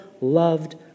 loved